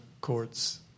court's